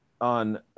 on –